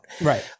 Right